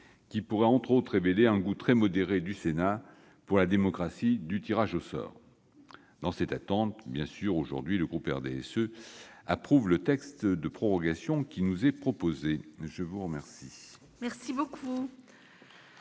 qui pourraient entre autres révéler un goût très modéré du Sénat pour la démocratie du tirage au sort. Dans cette attente, le groupe du RDSE approuve le texte de prorogation qui nous est proposé. La parole